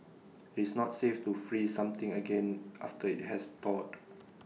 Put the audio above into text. it's not safe to freeze something again after IT has thawed